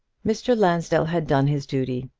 mr. lansdell had done his duty.